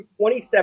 27